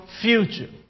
future